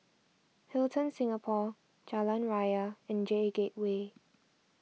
Hilton Singapore Jalan Raya and J Gateway